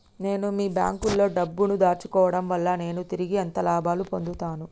నేను మీ బ్యాంకులో డబ్బు ను దాచుకోవటం వల్ల నేను తిరిగి ఎంత లాభాలు పొందుతాను?